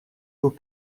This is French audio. aux